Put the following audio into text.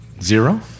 Zero